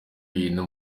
bintu